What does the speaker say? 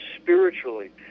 spiritually